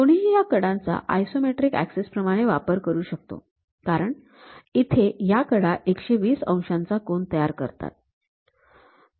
कोणीही या कडांचा आयसोमेट्रिक ऍक्सिस प्रमाणे वापर करू शकतो कारण इथे या कडा १२० अंशांचा कोन तयार करतात